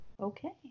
Okay